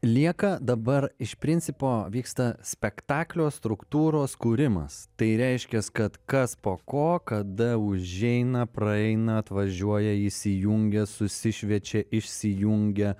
lieka dabar iš principo vyksta spektaklio struktūros kūrimas tai reiškias kad kas po ko kada užeina praeina atvažiuoja įsijungia susišviečia išsijungia